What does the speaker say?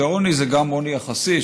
שעוני זה גם עוני יחסי,